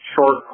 short